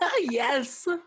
yes